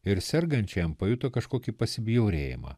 ir sergančiajam pajuto kažkokį pasibjaurėjimą